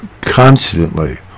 constantly